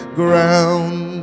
ground